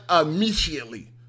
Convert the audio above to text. immediately